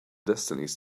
destinies